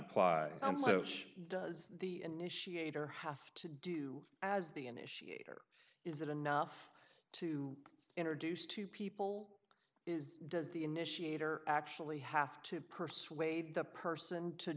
so does the initiator have to do as the initiator is it enough to introduce two people is does the initiator actually have to persuade the person to